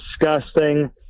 disgusting